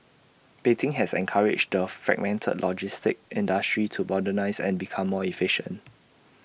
Beijing has encouraged the fragmented logistics industry to modernise and become more efficient